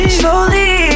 slowly